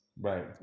Right